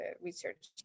research